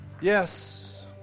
Yes